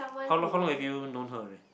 how long how long have you known her already